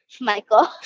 Michael